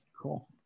Cool